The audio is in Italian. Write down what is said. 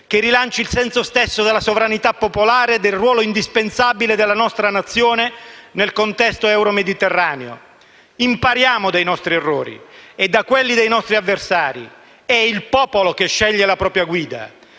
che rilanci il senso stesso della sovranità popolare e del ruolo indispensabile della nostra Nazione nel contesto euromediterraneo. Impariamo dai nostri errori e da quelli dei nostri avversari: è il popolo che sceglie la propria guida.